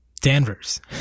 Danvers